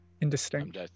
Indistinct